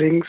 rings